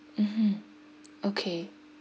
mmhmm okay